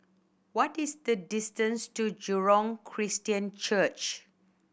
what is the distance to Jurong Christian Church